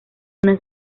unas